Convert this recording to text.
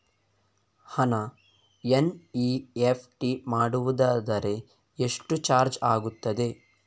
ಹಣ ಎನ್.ಇ.ಎಫ್.ಟಿ ಮಾಡುವುದಾದರೆ ಎಷ್ಟು ಚಾರ್ಜ್ ಆಗುತ್ತದೆ?